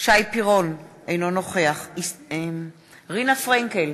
שי פירון, אינו נוכח רינה פרנקל,